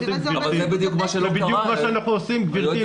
זה בדיוק מה שאנחנו עושים, גברתי.